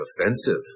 offensive